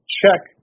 check